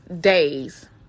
days